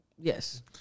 Yes